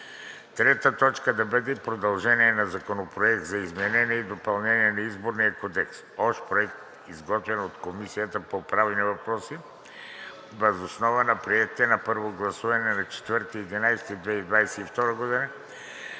Трета точка да бъде продължение на Законопроекта за изменение и допълнение на Изборния кодекс – общ Проект, изготвен от Комисията по правни въпроси въз основа на приетите на първо гласуване на 4 ноември 2022 г.